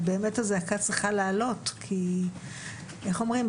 ובאמת הזעקה צריכה לעלות כי איך אומרים?